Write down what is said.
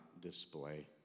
display